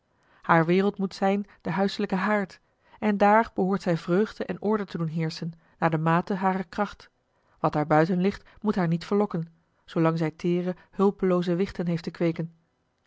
haar wereld moet zijn de huiselijke haard en daar behoort zij vreugde en orde te doen heerschen naar de mate harer kracht wat daar buiten ligt moet haar niet verlokken zoolang zij teêre hulpelooze wichten heeft te kweeken